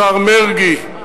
השר מרגי,